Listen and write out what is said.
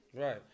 Right